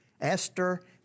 Esther